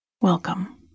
Welcome